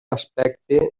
aspecte